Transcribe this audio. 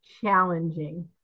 challenging